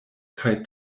kaj